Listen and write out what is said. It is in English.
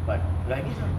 but like this ah